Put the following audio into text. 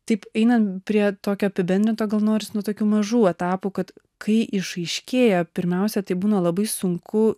taip einam prie tokio apibendrinto gal noris nu tokių mažų etapų kad kai išaiškėja pirmiausia tai būna labai sunku